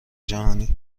جهانی